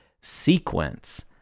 sequence